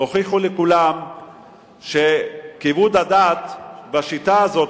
הוכיחו לכולם שכיבוד הדת בשיטה הזאת,